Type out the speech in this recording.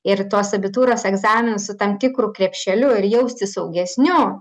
ir į tuos abitūros egzaminus su tam tikru krepšeliu ir jaustis saugesniu